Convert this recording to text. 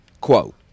Quote